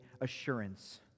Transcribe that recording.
assurance